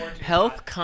Health